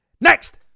next